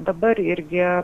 dabar irgi